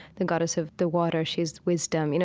the goddess of the water, she's wisdom. you know